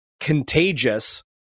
contagious